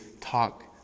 talk